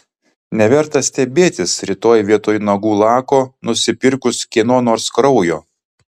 neverta stebėtis rytoj vietoj nagų lako nusipirkus kieno nors kraujo